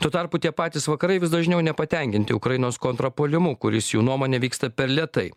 tuo tarpu tie patys vakarai vis dažniau nepatenkinti ukrainos kontrapuolimu kuris jų nuomone vyksta per lėtai